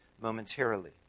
momentarily